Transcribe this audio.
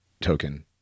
token